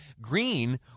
green